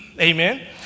Amen